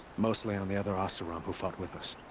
mostly on the other oseram who fought with us.